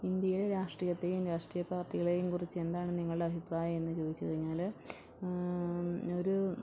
ഇന്ത്യയിലെ രാഷ്ട്രീയത്തെയും രാഷ്ട്രീയ പാർട്ടികളെയും കുറിച്ച് എന്താണ് നിങ്ങളുടെ അഭിപ്രായം എന്നു ചോദിച്ചു കഴിഞ്ഞാൽ ഒരു